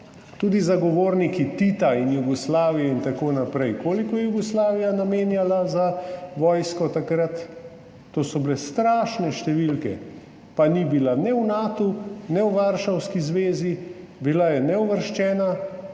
tudi zagovorniki Tita in Jugoslavije in tako naprej. Koliko je Jugoslavija takrat namenjala za vojsko? To so bile strašne številke, pa ni bila v Natu in ne v Varšavski zvezi, bila je neuvrščena,